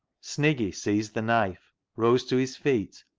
sniggy seized the knife, rose to his feet,